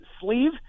sleeve